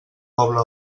poble